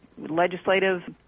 legislative